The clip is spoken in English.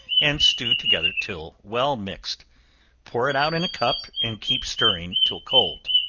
and stew together till well mixed pour it out in a cup, and keep stirring till cold.